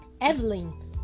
evelyn